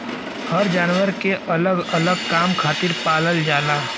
हर जानवर के अलग अलग काम खातिर पालल जाला